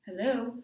hello